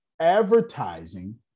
advertising